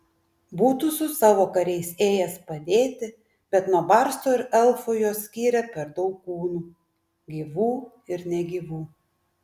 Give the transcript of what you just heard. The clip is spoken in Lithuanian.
būtų su savo kariais ėjęs padėti bet nuo barsto ir elfų juos skyrė per daug kūnų gyvų ir negyvų